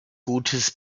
gutes